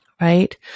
Right